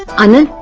on the